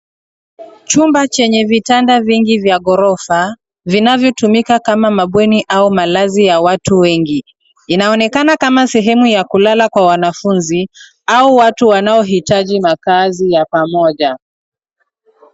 Chumba chenye vitanda vingi vya ghorofa vinavyotumika kama mabweni au malazi ya watu wengi. Inaonekana kama sehemu ya kulala kwa wanafunzi au watu wanaohitaji makaazi ya pamoja.